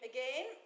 Again